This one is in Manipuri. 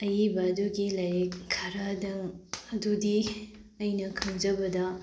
ꯑꯏꯕ ꯑꯗꯨꯒꯤ ꯂꯥꯏꯔꯤꯛ ꯈꯔꯗꯪ ꯑꯗꯨꯗꯤ ꯑꯩꯅ ꯈꯟꯖꯕꯗ